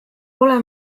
pole